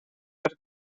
per